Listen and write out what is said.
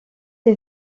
les